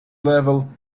level